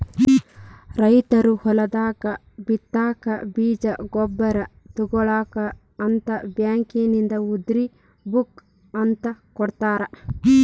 ರೈತರು ಹೊಲದಾಗ ಬಿತ್ತಾಕ ಬೇಜ ಗೊಬ್ಬರ ತುಗೋಳಾಕ ಅಂತ ಬ್ಯಾಂಕಿನಿಂದ ಉದ್ರಿ ಬುಕ್ ಅಂತ ಕೊಡತಾರ